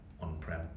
on-prem